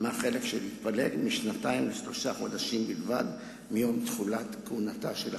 מהחלק שהתפלג משנתיים לשלושה חודשים בלבד מיום תחילת כהונתה של הכנסת.